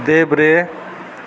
देब्रे